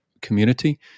community